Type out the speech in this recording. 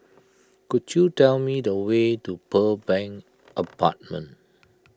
could you tell me the way to Pearl Bank Apartment